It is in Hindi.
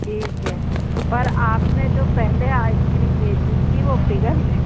ठीक है पर आपने जो पहले आइसक्रीम भेजी थी वो पिघल गई थी